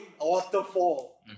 waterfall